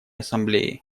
ассамблеи